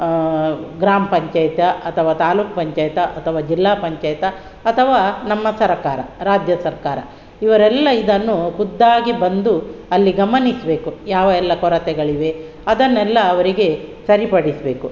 ಗ್ರಾಮ ಪಂಚಾಯಯ್ತಿ ಅಥವಾ ತಾಲ್ಲೂಕು ಪಂಚಾಯ್ತಿ ಅಥವಾ ಜಿಲ್ಲಾ ಪಂಚಾಯ್ತಿ ಅಥವಾ ನಮ್ಮ ಸರಕಾರ ರಾಜ್ಯ ಸರ್ಕಾರ ಇವರೆಲ್ಲ ಇದನ್ನು ಖುದ್ದಾಗಿ ಬಂದು ಅಲ್ಲಿ ಗಮನಿಸಬೇಕು ಯಾವ ಎಲ್ಲ ಕೊರತೆಗಳಿವೆ ಅದನ್ನೆಲ್ಲ ಅವರಿಗೆ ಸರಿಪಡಿಸಬೇಕು